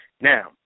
Now